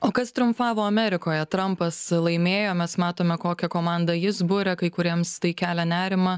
o kas triumfavo amerikoje trampas laimėjo mes matome kokią komandą jis buria kai kuriems tai kelia nerimą